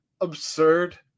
absurd